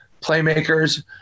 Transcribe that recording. playmakers